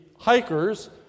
hikers